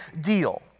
deal